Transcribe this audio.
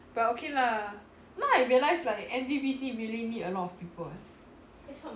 but okay lah now I realise like M_D_V_C really need a lot of people eh